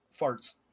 farts